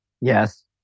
Yes